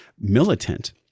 militant